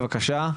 בבקשה.